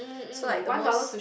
so like the most